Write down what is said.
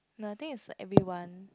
no I think it's like everyone